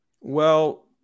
Well-